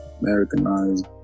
americanized